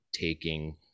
taking